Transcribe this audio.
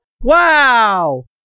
Wow